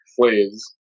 Please